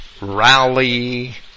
rally